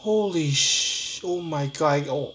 holy sh~ oh my god I got